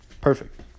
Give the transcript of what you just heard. Perfect